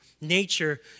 nature